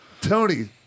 Tony